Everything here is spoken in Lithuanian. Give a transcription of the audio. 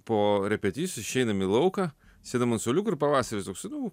po repeticijų išeinam į lauką sėdam ant suoliuko ir pavasaris toksai nu